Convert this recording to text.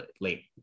late